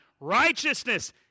righteousness